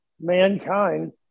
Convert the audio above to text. mankind